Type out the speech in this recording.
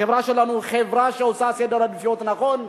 החברה שלנו היא חברה שעושה סדר עדיפויות נכון,